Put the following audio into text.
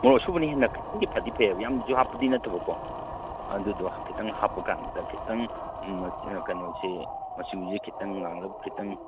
ꯃꯣꯔꯣꯛ ꯑꯁꯨꯕꯅ ꯍꯦꯟꯅ ꯈꯤꯇꯪꯗꯤ ꯐꯗꯤ ꯐꯩꯑꯕ ꯌꯥꯝꯅꯁꯨ ꯍꯥꯞꯄꯗꯤ ꯅꯠꯇꯕꯀꯣ ꯑꯗꯨꯗꯣ ꯈꯤꯇꯪ ꯍꯥꯞꯄ ꯀꯥꯟꯗ ꯈꯤꯇꯪ ꯀꯩꯅꯣꯁꯦ ꯃꯆꯨꯁꯦ ꯈꯤꯇꯪ ꯉꯥꯡꯂꯞ ꯈꯤꯇꯪ